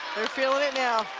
they're feeling it now.